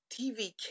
TV